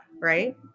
right